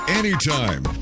anytime